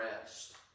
rest